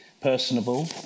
personable